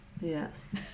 yes